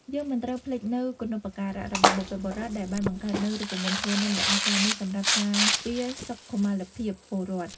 យើងមិនត្រូវភ្លេចនូវគុណូបការៈរបស់បុព្វបុរសដែលបានបង្កើតនូវរូបមន្តធ្វើនំដ៏អស្ចារ្យនេះសម្រាប់ការពារសុខមាលភាពពលរដ្ឋ។